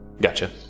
gotcha